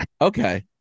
okay